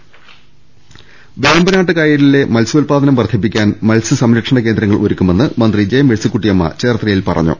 ദർവ്വെട്ടറ വേമ്പനാട്ടുകായലിലെ മത്സ്യോത്പാദനം വർദ്ധിപ്പിക്കാൻ മത്സ്യസംര ക്ഷണ കേന്ദ്രങ്ങൾ ഒരുക്കുമെന്ന് മന്ത്രി ജെ മേഴ്സിക്കുട്ടിയമ്മ ചേർത്തല യിൽ പറഞ്ഞു